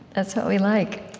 that's what we like